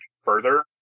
further